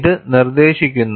ഇത് നിർദ്ദേശിക്കുന്നു